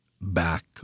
back